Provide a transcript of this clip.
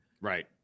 Right